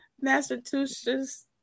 Massachusetts